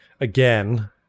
again